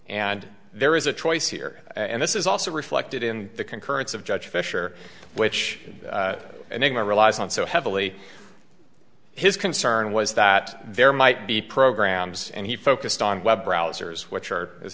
and there is a choice here and this is also reflected in the concurrence of judge fisher which enigma relies on so heavily his concern was that there might be programs and he focused on w